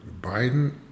Biden